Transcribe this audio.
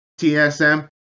TSM